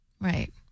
Right